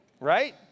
right